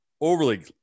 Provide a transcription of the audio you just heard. overly